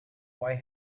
boy